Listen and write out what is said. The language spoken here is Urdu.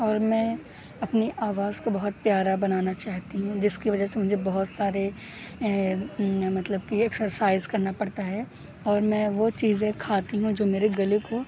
اور میں اپنی آواز کو بہت پیارا بنانا چاہتی ہوں جس کی وجہ سے مجھے بہت سارے مطلب کہ ایکسرسائز کرنا پڑتا ہے اور میں وہ چیزیں کھاتی ہوں جو میرے گلے کو